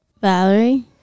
Valerie